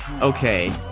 Okay